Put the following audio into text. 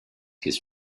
his